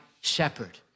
shepherd